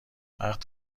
وقت